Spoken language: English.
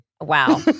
Wow